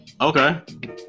Okay